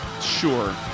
Sure